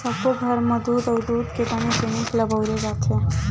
सब्बो घर म दूद अउ दूद के बने जिनिस ल बउरे जाथे